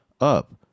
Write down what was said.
up